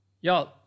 Y'all